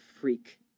freak